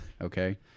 okay